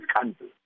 country